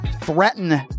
Threaten